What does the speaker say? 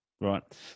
Right